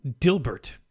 Dilbert